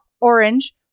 orange